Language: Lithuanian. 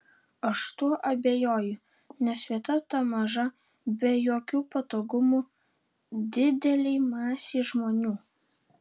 aš tuo abejoju nes vieta ta maža be jokių patogumų didelei masei žmonių